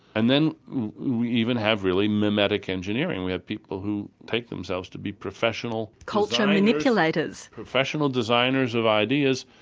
and then we even have, really, memetic engineering, we have people who take themselves to be professional. culture manipulators. professional designers of ideas,